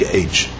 age